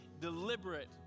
deliberate